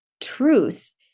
truth